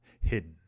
hidden